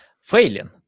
failing